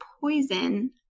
poison